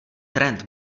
trend